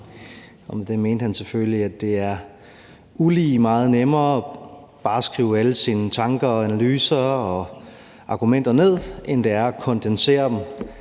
Med det mente han selvfølgelig, at det er ulig meget nemmere bare at skrive alle sine tanker, analyser og argumenter ned, end det er at kondensere dem